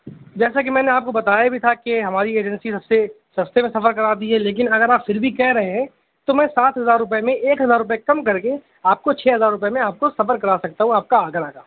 جیسا کہ میں نے آپ کو بتایا بھی تھا کہ ہماری ایجنسی سب سے سستے میں سفر کراتی ہے لیکن اگر آپ پھر بھی کہہ رہے ہیں تو میں سات ہزار روپے میں ایک ہزار روپے کم کر کے آپ کو چھ ہزار روپے میں آپ کو سفر کرا سکتا ہوں آپ کا آگرہ کا